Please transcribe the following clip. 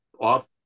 off